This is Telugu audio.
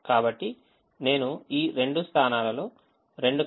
కాబట్టి నేను ఈ 2 స్థానాల్లో రెండు constraints లను వ్రాయబోతున్నాను